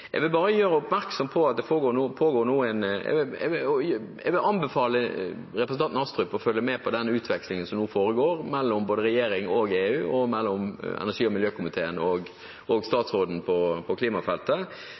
Jeg vil bare gjøre oppmerksom på at det nå pågår – og jeg vil anbefale representanten Astrup å følge med på den – en utveksling mellom både regjering og EU og mellom energi- og miljøkomiteen og statsråden på klimafeltet, der det jo nå blir tydeligere og